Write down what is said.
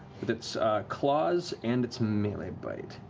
its claws and its melee bite.